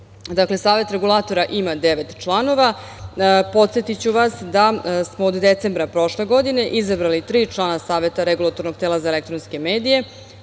Savet regulatora ima devet članova. Posetiću vas da smo od decembra prošle godine izabrali tri člana Saveta regulatornog tela za elektronske medije,